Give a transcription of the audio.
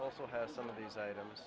also has some of these items